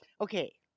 Okay